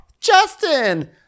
Justin